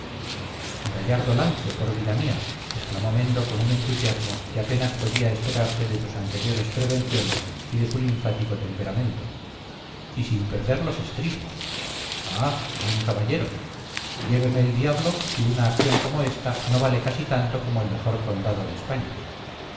gallardo lance por vida mía exclamó mendo con un entusiasmo que apenas podía esperarse de sus anteriores prevenciones y de su linfático temperamento y sin perder los estribos ah buen caballero lléveme el diablo si una acción como ésta no vale casi tanto como el mejor condado de españa